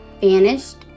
Vanished